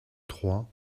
trois